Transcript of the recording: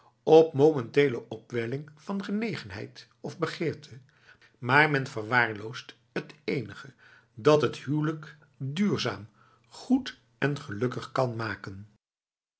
op momentele opwelling van genegenheid of begeerte maar men verwaarloost het enige dat het huwelijk duurzaam goed en gelukkig kan maken